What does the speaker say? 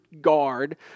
guard